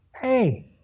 Hey